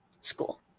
school